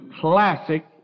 classic